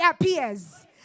appears